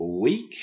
week